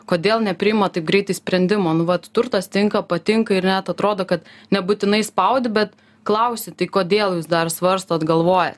kodėl nepriima taip greitai sprendimo nu vat turtas tinka patinka ir net atrodo kad nebūtinai spaudi bet klausi tai kodėl jūs dar svarstot galvojat